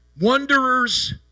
Wanderers